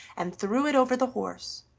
and threw it over the horse,